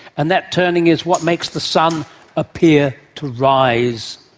and that turning is what makes the sun appear to rise,